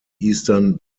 eastern